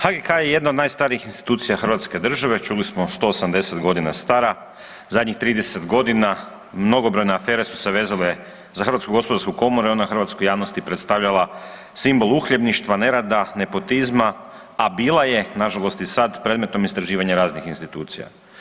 HGK je jedna od najstarijih institucija Hrvatske države, čuli smo 180 godina stara, zadnjih 30 godina mnogobrojne afere su se vezale za HGK i ona je hrvatskoj javnosti predstavljala simbol uhljebništva, nerada, nepotizma, a bila je nažalost i sad predmetom istraživanja raznih institucija.